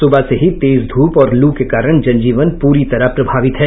सुबह से ही तेज धूप और लू के कारण जनजीवन पूरी तरह प्रभावित है